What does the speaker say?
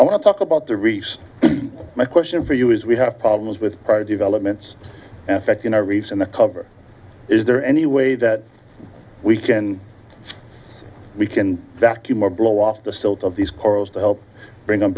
i want to talk about the reefs my question for you is we have problems with prior developments affecting our reason the cover is there any way that we can we can vacuum up blow off the silt of these corals to help bring them